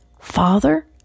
Father